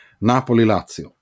Napoli-Lazio